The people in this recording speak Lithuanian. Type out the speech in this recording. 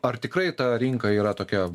ar tikrai ta rinka yra tokia